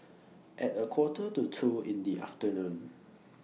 At A Quarter to two in The afternoon